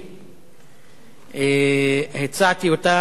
להיות,